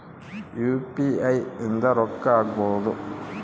UPI ಇಂದ ರೊಕ್ಕ ಹಕ್ಬೋದು